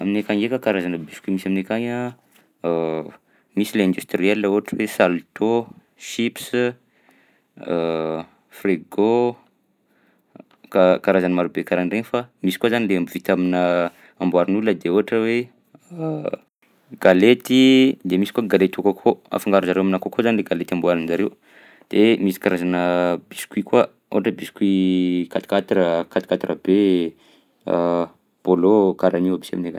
Aminay akagny ndraika karazana biscuits misy aminay akagny a misy lay industriel ohatra hoe salto, chips, frego, ka- karazany marobe karahan'regny fa misy koa zany lay vita aminà amboarin'olona de ohatra hoe galety, de misy koa galety au coco afangaro zareo aminà coco zany lay galety amboarin-jareo. De misy karazana biscuits koa, ohatra hoe biscuits quatre quatre quatre quatre be, bôlô karahan'io aby si aminay akagny.